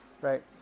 right